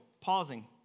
pausing